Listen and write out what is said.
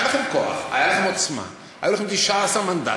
היה לכם כוח, הייתה לכם עוצמה, היו לכם 19 מנדטים,